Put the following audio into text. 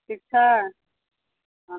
ठीक छै ने